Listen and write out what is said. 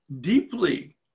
deeply